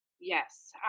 yes